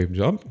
job